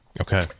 Okay